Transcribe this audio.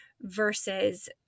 versus